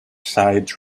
aside